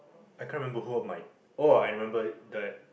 I can't remember who am I oh I remember ah that